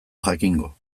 jakingo